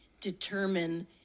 determine